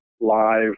live